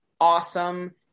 awesome